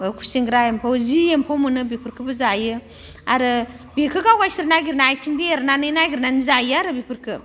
खुसेंग्रा एम्फौ जि एम्फौ मोनो बेफोरखौबो जायो आरो बेखौ गाव गावसोर नागिरना आथिंजों एरनानै नायगिरनानै जायो आरो बेफोरखौ